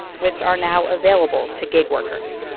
which are now available to gig workers